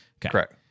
correct